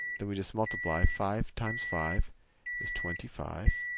then we just multiply five times five is twenty five.